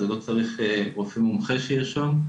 לא צריך רופא מומחה שירשום,